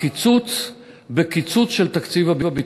הקיצוץ בקיצוץ של תקציב הביטחון.